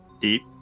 deep